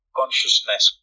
consciousness